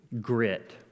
grit